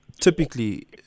Typically